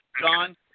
John